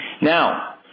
Now